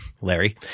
Larry